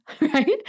Right